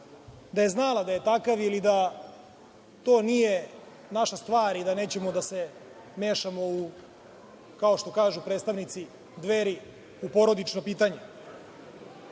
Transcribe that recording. da je znala da je takav ili da to nije naša stvar i da nećemo da se mešamo, kao što kažu predstavnici Dveri, u porodično pitanje. Nema